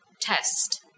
test